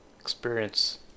experience